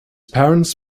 parents